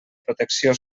protecció